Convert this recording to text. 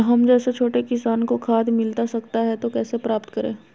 हम जैसे छोटे किसान को खाद मिलता सकता है तो कैसे प्राप्त करें?